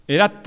Era